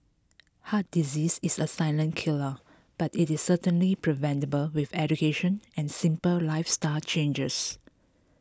heart disease is a silent killer but it is certainly preventable with education and simple lifestyle changes